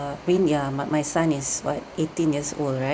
ya my my son is what eighteen years old right